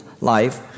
life